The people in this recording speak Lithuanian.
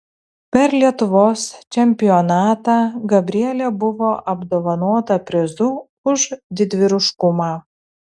per lietuvos čempionatą gabrielė buvo apdovanota prizu už didvyriškumą